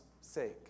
sake